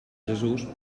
jesús